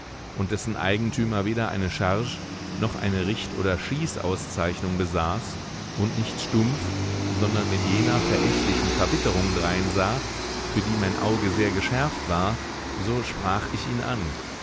und dessen eigentümer weder eine charge noch eine richt oder schießauszeichnung besaß und nicht stumpf sondern mit jener verächtlichen verbitterung dreinsah für die mein auge sehr geschärft war so sprach ich ihn an